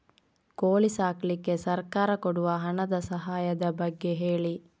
ಕೋಳಿ ಸಾಕ್ಲಿಕ್ಕೆ ಸರ್ಕಾರ ಕೊಡುವ ಹಣದ ಸಹಾಯದ ಬಗ್ಗೆ ಹೇಳಿ